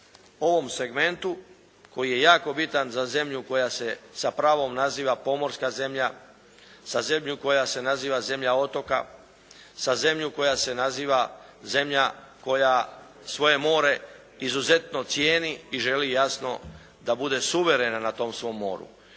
ovom segmentu koji je jako bitan za zemlju koja se sa pravom naziva pomorska zemlja, za zemlju koja se naziva zemlja otoka, za zemlju koja se naziva zemlja koja svoje more izuzetno cijeni i želi jasno da bude suverena na tom svom moru.